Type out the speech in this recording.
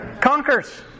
Conquers